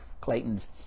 Clayton's